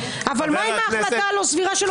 אבל מה עם ההחלטה הלא סבירה של אופיר כץ?